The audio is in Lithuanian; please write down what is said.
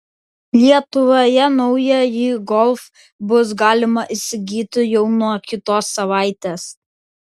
lietuvoje naująjį golf bus galima įsigyti jau nuo kitos savaitės